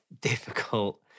difficult